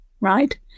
right